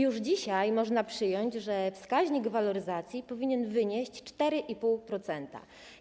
Już dzisiaj można przyjąć, że wskaźnik waloryzacji powinien wynieść 4,5%.